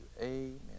Amen